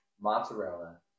mozzarella